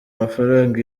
amafaranga